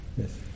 Yes